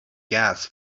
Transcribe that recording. gas